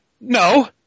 No